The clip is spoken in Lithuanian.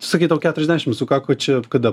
sakei tau keturiasdešim sukako čia kada